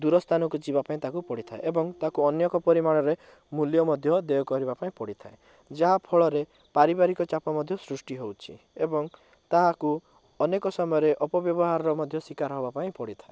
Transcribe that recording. ଦୂରସ୍ଥାନକୁ ଯିବା ପାଇଁ ତାକୁ ପଡ଼ିଥାଏ ଏବଂ ତାକୁ ଅନେକ ପରିମାଣରେ ମୂଲ୍ୟ ମଧ୍ୟ ଦେୟ କରିବା ପାଇଁ ପଡ଼ିଥାଏ ଯାହାଫଳରେ ପାରିବାରିକ ଚାପ ମଧ୍ୟ ସୃଷ୍ଟି ହଉଛି ଏବଂ ତାହାକୁ ଅନେକ ସମୟରେ ଅପବ୍ୟବହାରର ମଧ୍ୟ ଶିକାର ହବାପାଇଁ ପଡ଼ିଥାଏ